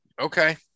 Okay